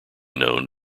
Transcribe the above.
known